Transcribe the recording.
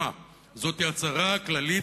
זאת הצהרה כללית,